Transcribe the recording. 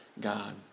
God